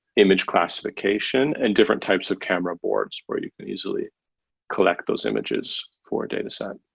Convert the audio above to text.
image classification and different types of camera boards where you and easily collect those images for a dataset.